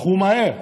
מכרו מהר,